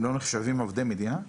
הם לא נחשבים עובדי מדינה?